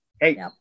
hey